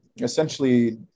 essentially